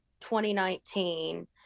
2019